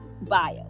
bio